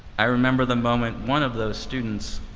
i remember the moment one of those students,